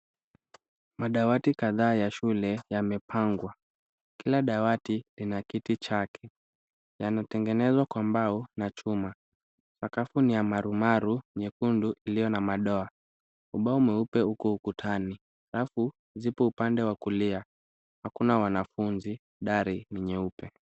Madawati kadhaa ya shule yamepangwa. Kila dawati lina kiti chake. Yametengenezwa kwa mbao na chuma. Makafu ni ya marumaru nyekundu ilio na madoa. Ubao mweupe uko ukutani. Rafu zipo upande wa kulia. Hakuna wanafunzi dari ni nyeupe.